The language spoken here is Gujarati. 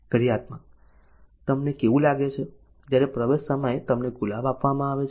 ક્રિયાત્મક તમને કેવું લાગે છે જ્યારે પ્રવેશ સમયે તમને ગુલાબ આપવામાં આવે છે